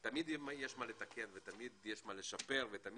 יש תמיד מה לתקן ותמיד יש מה לשפר ולשנות,